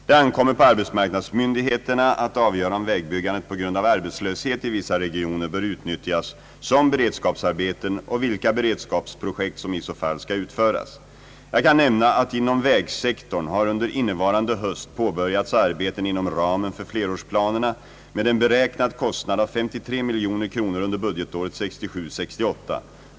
Det ankommer på arbetsmarknadsmyndigheterna att avgöra om vägbyggandet på grund av arbetslöshet i vissa regioner bör utnyttjas som beredskapsarbeten och vilka beredskapsprojekt som i så fall skall utföras. Jag kan nämna att inom vägsektorn har under innevarande höst påbörjats arbeten inom ramen för flerårsplanerna med en beräknad kostnad av 53 miljoner kronor under budgetåret 1967/68.